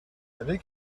avez